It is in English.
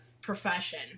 profession